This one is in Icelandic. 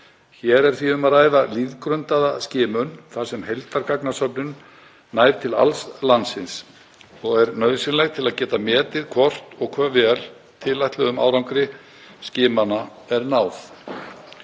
Hér er því um að ræða lýðgrundaða skimun þar sem heildargagnasöfnun nær til alls landsins og er nauðsynleg til að geta metið hvort og hve vel tilætluðum árangri skimana er náð.